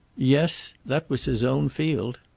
yes that was his own field.